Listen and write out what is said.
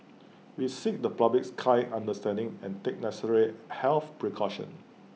we seek the public's kind understanding and take necessary health precautions